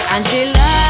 Angela